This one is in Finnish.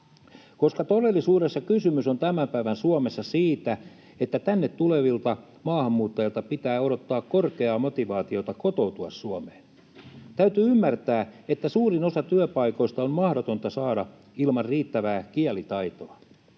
koska todellisuudessa kysymys on tämän päivän Suomessa siitä, että tänne tulevilta maahanmuuttajilta pitää odottaa korkeaa motivaatiota kotoutua Suomeen. Täytyy ymmärtää, että suurinta osaa työpaikoista on mahdotonta saada ilman riittävää kielitaitoa.